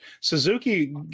suzuki